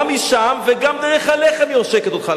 גם משם וגם דרך הלחם היא עושקת אותך.